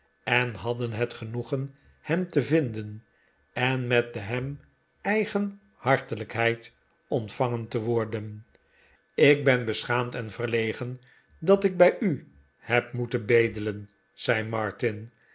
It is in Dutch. en hadden het genoegen hem te vinden en met de hem eigen hartelijkheid ontvangen te worden ik ben beschaamd en verlegen dat ik bij u heb moeten bedelen zei martin